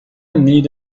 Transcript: need